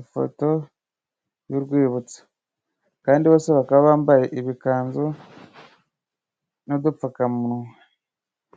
ifoto y'urwibutso. Kandi bose bakaba bambaye ibikanzu n'udupfukamunwa.